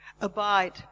Abide